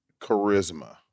charisma